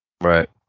Right